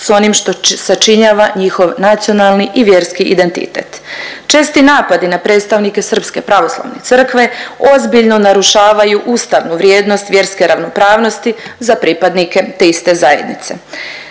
s onim što sačinjava njihov nacionalni i vjerski identitet. Česti napadi na predstavnike Srpske pravoslavne crkve ozbiljno narušavaju ustavnu vrijednost vjerske ravnopravnosti za pripadnike te iste zajednice.